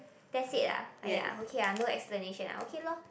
that's it ah !aiya! okay ah no explanation ah okay lor